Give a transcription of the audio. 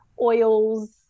oils